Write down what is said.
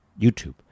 youtube